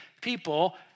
people